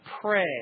pray